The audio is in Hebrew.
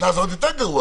קנס זה עוד יותר גרוע,